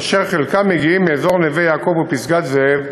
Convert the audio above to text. אשר חלקם מגיעים מאזור נווה-יעקב ופסגת-זאב,